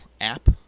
app